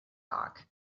talk